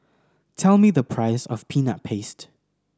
tell me the price of Peanut Paste